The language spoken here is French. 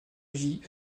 vie